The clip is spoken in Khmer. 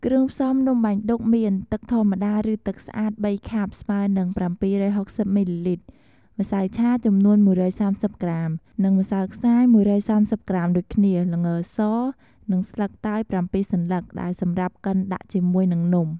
គ្រឿងផ្សំនំបាញ់ឌុកមាន ទឹកធម្មតាឬទឹកស្អាត៣ខាប់ស្មើរនឹង៧៦០មីលីលីត្រ ម្សៅឆាចំនួន១៣០ក្រាម និងម្សៅខ្សាយ១៣០ក្រាមដូចគ្នា ល្ងរស និងស្លឹកតើយ៧សន្លឹកដែលសម្រាប់កិនដាក់ជាមួយនិងនំ។